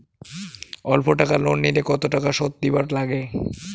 অল্প টাকা লোন নিলে কতো টাকা শুধ দিবার লাগে?